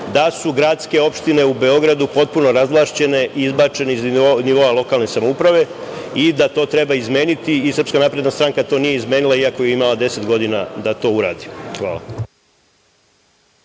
da su gradske opštine u Beogradu potpuno razvlašćene, izbačene iz nivoa lokalne samouprave i da to treba izmeniti i SNS nije izmenila iako je imala 10 godina da to uradi. Hvala.